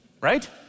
Right